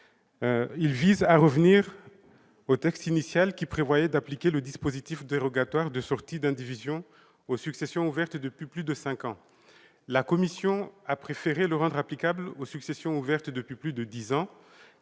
Il vise en effet à revenir au texte initial, qui prévoyait d'appliquer le dispositif dérogatoire de sortie d'indivision aux successions ouvertes depuis plus de cinq ans. La commission a préféré le rendre applicable aux successions ouvertes depuis plus de dix ans,